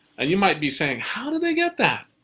and you might be saying how did they get that?